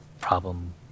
problem